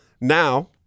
Now